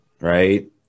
Right